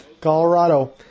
Colorado